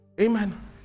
amen